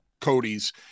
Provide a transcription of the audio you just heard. Cody's